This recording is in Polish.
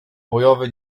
bojowe